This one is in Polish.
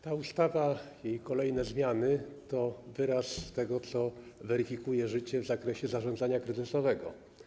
Ta ustawa i kolejne zmiany to wyraz tego, co weryfikuje życie w zakresie zarządzania kryzysowego.